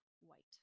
white